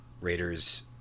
Raiders